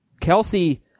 Kelsey